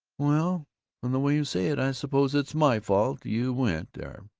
well from the way you say it, i suppose it's my fault you went there!